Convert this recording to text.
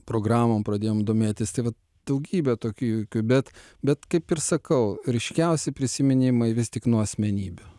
programom pradėjom domėtis tai vat daugybę tokių įvykių bet bet kaip ir sakau ryškiausi prisiminimai vis tik nuo asmenybių